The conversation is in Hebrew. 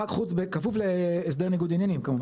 כפוף להסדר ניגוד עניינים כמובן.